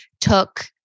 took